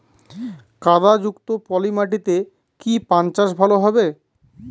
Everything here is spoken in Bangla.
কাদা যুক্ত পলি মাটিতে কি পান চাষ ভালো হবে?